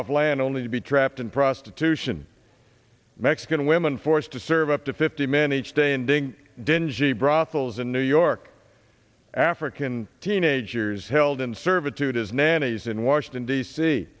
off land only to be trapped in prostitution mexican women forced to serve up to fifty men each day ending dingy brothels in new york african teenagers held in servitude as nannies in washington d c